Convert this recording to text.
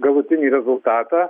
galutinį rezultatą